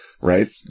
right